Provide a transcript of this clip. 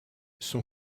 son